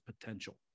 potential